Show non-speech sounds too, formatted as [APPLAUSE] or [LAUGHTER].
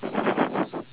[BREATH]